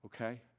Okay